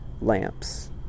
lamps